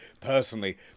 Personally